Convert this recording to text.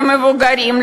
למבוגרים,